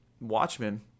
Watchmen